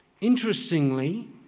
Interestingly